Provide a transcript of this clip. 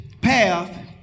path